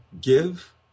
Give